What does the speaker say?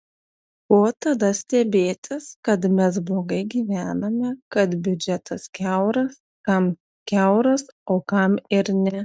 ko tada stebėtis kad mes blogai gyvename kad biudžetas kiauras kam kiauras o kam ir ne